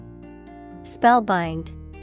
Spellbind